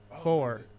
Four